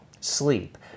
Sleep